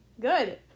Good